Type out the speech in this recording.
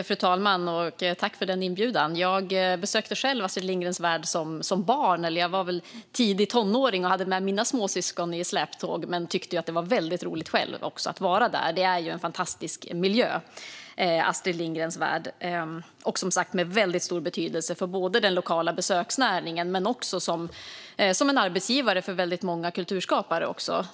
Fru talman! Tack, Gudrun Brunegård, för den inbjudan! Jag besökte själv Astrid Lindgrens Värld som barn, eller jag var väl i tidiga tonåren och hade mina småsyskon i släptåg. Jag tyckte också själv att det var väldigt roligt att vara där. Astrid Lindgrens Värld är ju en fantastisk miljö och har, som sagt, väldigt stor betydelse för den lokala besöksnäringen men också som arbetsgivare för väldigt många kulturskapare.